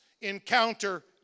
encounter